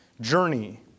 journey